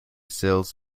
sills